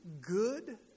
good